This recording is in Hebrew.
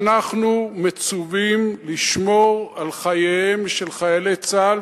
אנחנו מצווים לשמור על חייהם של חיילי צה"ל,